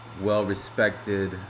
well-respected